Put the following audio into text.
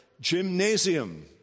gymnasium